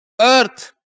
earth